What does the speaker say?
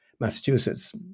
Massachusetts